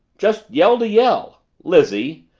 just yelled a yell! lizzie!